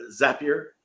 Zapier